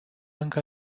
încă